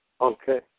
Okay